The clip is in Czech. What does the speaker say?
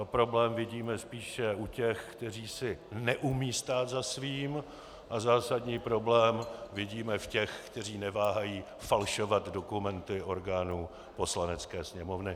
Problém vidíme spíše u těch, kteří si neumějí stát za svým, a zásadní problém vidíme v těch, kteří neváhají falšovat dokumenty orgánu Poslanecké sněmovny.